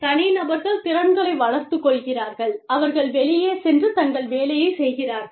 தனிநபர்கள் திறன்களை வளர்த்துக் கொள்கிறார்கள் அவர்கள் வெளியே சென்று தங்கள் வேலையைச் செய்கிறார்கள்